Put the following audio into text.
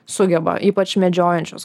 sugeba ypač medžiojančius